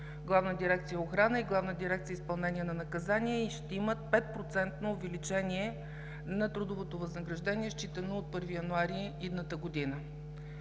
Главна дирекция „Охрана“ и Главна дирекция „Изпълнение на наказанията“ ще имат 5-процентно увеличение на трудовото възнаграждение считано от 1 януари идната година.